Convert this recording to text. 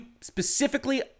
specifically